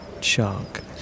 shark